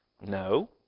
No